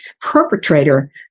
perpetrator